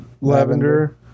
Lavender